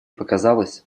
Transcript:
показалось